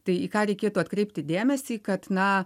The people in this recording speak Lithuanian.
tai į ką reikėtų atkreipti dėmesį kad na